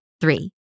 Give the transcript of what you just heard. three